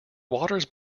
waters